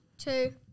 two